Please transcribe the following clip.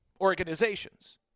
organizations